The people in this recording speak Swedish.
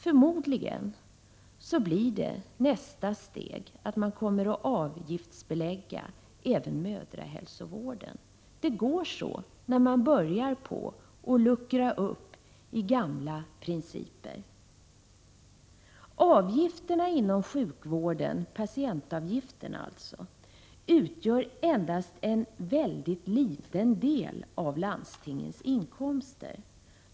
Förmodligen blir nästa steg att avgiftsbelägga även mödrahälsovården. Det går så när man börjar luckra upp gamla principer. Patientavgifterna inom sjukvården utgör endast en mycket liten del av landstingets inkomster.